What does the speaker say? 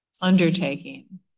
undertaking